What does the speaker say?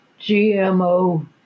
gmo